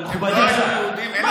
מכובדי השר, הם לא היו יהודים?